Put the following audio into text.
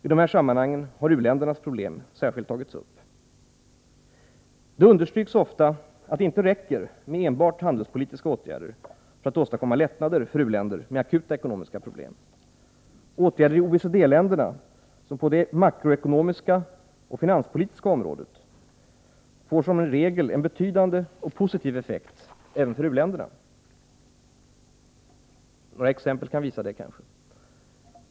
I dessa sammanhang har u-ländernas problem särskilt tagits upp. Det understryks ofta att det inte räcker med enbart handelspolitiska åtgärder för att åstadkomma lättnader för u-länder med akuta ekonomiska problem. Åtgärder i OECD-länderna på det makroekonomiska och finanspolitiska området får som regel en betydande och positiv effekt även för u-länderna. Några exempel kan visa det.